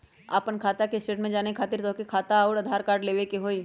आपन खाता के स्टेटमेंट जाने खातिर तोहके खाता अऊर आधार कार्ड लबे के होइ?